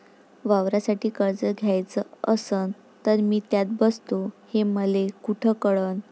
वावरासाठी कर्ज घ्याचं असन तर मी त्यात बसतो हे मले कुठ कळन?